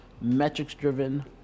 metrics-driven